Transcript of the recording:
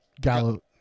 gallo